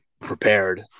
prepared